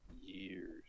years